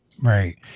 Right